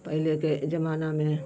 पहले के ज़माने में